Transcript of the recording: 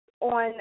on